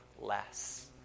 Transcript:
less